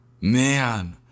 Man